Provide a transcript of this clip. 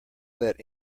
let